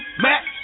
Mac